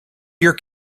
your